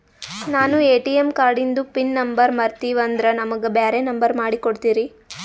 ನಾನು ಎ.ಟಿ.ಎಂ ಕಾರ್ಡಿಂದು pin number ಮರತೀವಂದ್ರ ನಮಗ ಬ್ಯಾರೆ ನಂಬರ್ ಮಾಡಿ ಕೊಡ್ತೀರಿ?